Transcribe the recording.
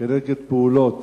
בגין פעולות